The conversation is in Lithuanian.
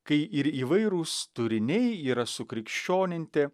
kai ir įvairūs turiniai yra sukrikščioninti